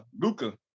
Luca